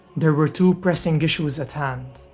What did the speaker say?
there were two pressing issues at hand.